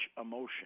emotion